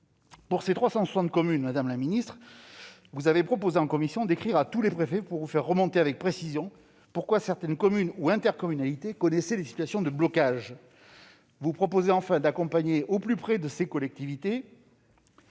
Pour ces 360 communes, madame la ministre, vous avez proposé en commission d'écrire à tous les préfets pour vous faire remonter avec précision pourquoi certaines communes ou intercommunalités connaissent des situations de blocage. Vous proposez enfin d'accompagner au plus près ces collectivités,